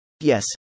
Yes